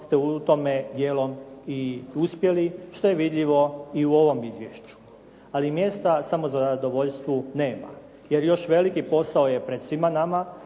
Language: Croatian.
ste u tome dijelom i uspjeli što je vidljivo i u ovom izvješću, ali mjesta samozadovoljstvu nema. Jer još veliki posao je pred svima nama